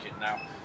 now